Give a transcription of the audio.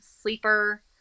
sleeper